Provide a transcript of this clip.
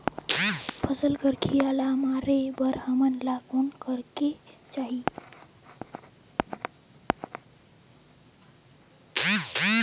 फसल कर कीरा ला मारे बर हमन ला कौन करेके चाही?